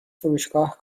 فروشگاه